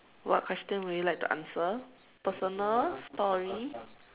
what question would you like to answer personal story